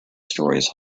stories